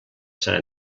sant